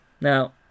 Now